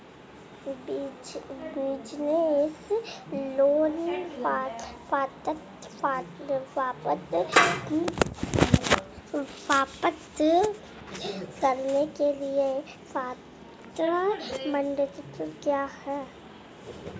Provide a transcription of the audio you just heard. Business loan प्राप्त करने के लिए पात्रता मानदंड क्या हैं?